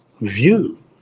view